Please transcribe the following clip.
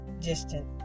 distant